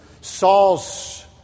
Saul's